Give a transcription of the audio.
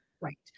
Right